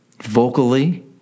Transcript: vocally